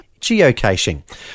geocaching